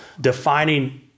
defining